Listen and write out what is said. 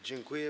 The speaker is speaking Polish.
Dziękuję.